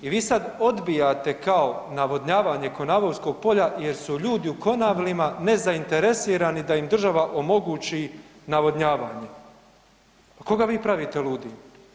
I vi sada odbijate kao navodnjavanje Konavolskog polja jer su ljudi u Konavlima nezainteresirani da im država omogući navodnjavanje, koga vi pravite ludim?